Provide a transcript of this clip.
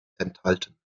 enthalten